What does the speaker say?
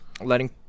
letting